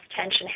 tension